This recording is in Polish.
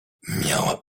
miała